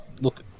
Look